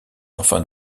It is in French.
enfin